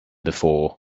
before